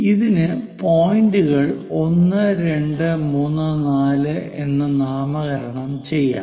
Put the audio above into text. ഇതിന് പോയിന്റുകൾ 1 2 3 4 എന്ന് നാമകരണം ചെയ്യാം